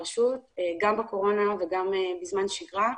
גם בקורונה וגם בשגרה,